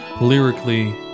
lyrically